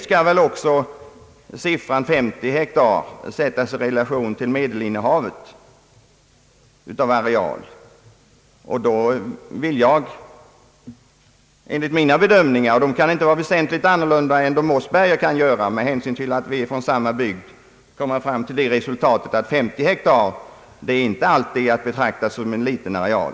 Storleken 50 hektar bör också sättas i relation till medelinnehavet av areal. Då finner jag att 50 hektar inte alltid kan betraktas som en liten areal. Min bedömning på denna punkt kan inte vara väsentligt annorlunda än herr Mossbergers med hänsyn till att vi är från samma bygd.